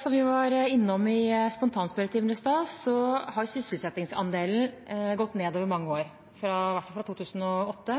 Som vi var innom i spontanspørretimen i stad, har sysselsettingsandelen gått ned over mange år, i hvert fall fra 2008,